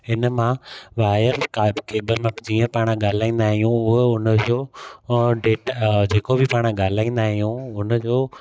हिन मां वायर का केबल जी जीअं पाण ॻाल्हाईंदा आहियूं उहो उनजो डेटा जेको बि पाण ॻालाईंदा आहियूं हुनजो